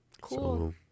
Cool